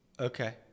Okay